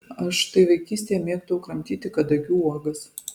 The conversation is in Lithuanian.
aš štai vaikystėje mėgdavau kramtyti kadagių uogas